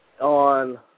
on